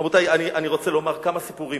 רבותי, אני רוצה לומר כמה סיפורים.